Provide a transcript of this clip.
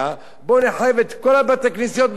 בואו נחייב את כל בתי-הכנסיות מחדש.